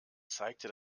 zeigte